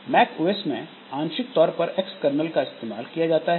Mac OS में आंशिक तौर पर एक्सकर्नल का इस्तेमाल किया जाता है